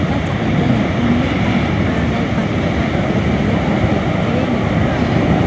ការចាក់តន្ត្រីយ៉ាងខ្លាំងនេះបានបង្កើតនូវបរិយាកាសដ៏រស់រវើកនិងរីករាយនៅក្នុងឡាន។